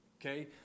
okay